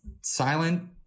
silent